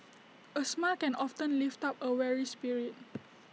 A smile can often lift up A weary spirit